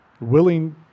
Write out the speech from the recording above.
willing